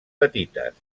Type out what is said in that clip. petites